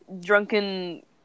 drunken